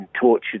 tortured